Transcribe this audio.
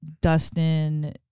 Dustin